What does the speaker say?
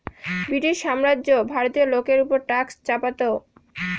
British সাম্রাজ্য ভারতীয় লোকের ওপর ট্যাক্স চাপাতো